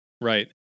Right